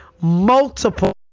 multiple